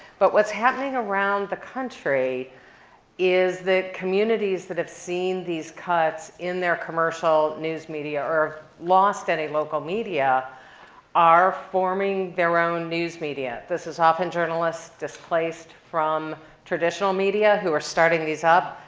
but what's happening around the country is that communities that have seen these cuts in their commercial news media or lost any local media are forming their own news media. this is often journalists displaced from traditional media who are starting these up.